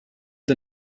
the